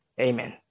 Amen